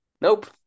Nope